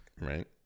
Right